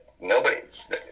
nobody's